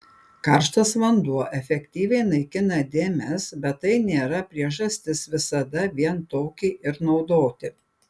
karštas vanduo efektyviai naikina dėmes bet tai nėra priežastis visada vien tokį ir naudoti